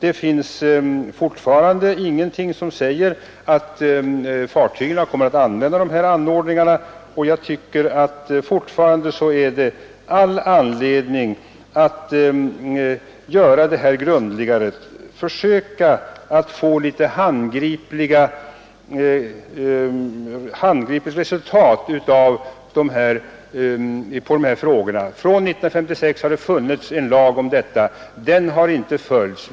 Det finns fortfarande ingenting som säger att fartygen kommer att använda dessa anordningar, och jag tycker att det fortfarande finns all anledning att gå grundligare till väga, att försöka få ett handgripligt resultat som svar på de här frågorna. Från 1956 har det funnits en lag om detta; den har inte följts.